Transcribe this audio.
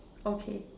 okay